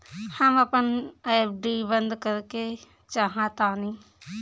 हम अपन एफ.डी बंद करेके चाहातानी